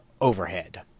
overhead